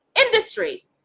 industry